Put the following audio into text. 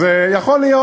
אז יכול להיות.